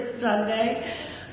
Sunday